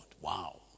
Wow